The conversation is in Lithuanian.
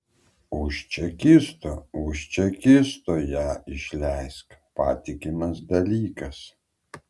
už čekisto už čekisto ją išleisk patikimas dalykas